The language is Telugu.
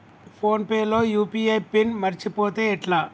ఫోన్ పే లో యూ.పీ.ఐ పిన్ మరచిపోతే ఎట్లా?